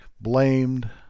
blamed